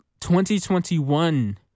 2021